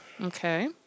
Okay